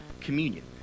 communion